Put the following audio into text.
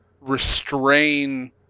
restrain